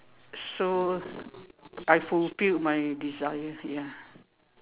so I fulfilled my desire ya